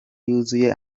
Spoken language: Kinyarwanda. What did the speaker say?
yuzuye